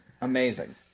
Amazing